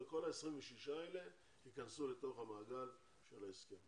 וכל ה-26 האלה ייכנסו לתוך המעגל של ההסכם.